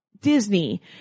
Disney